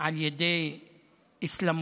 על ידי אסלאמופוב,